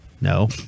No